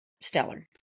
stellar